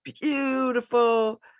beautiful